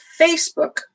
Facebook